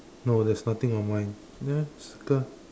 no there's nothing on mine ya circle ah